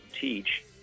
teach